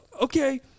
Okay